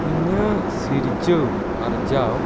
ᱤᱧᱟᱹᱜ ᱥᱤᱨᱡᱟᱹᱣ ᱟᱨᱡᱟᱣ